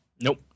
nope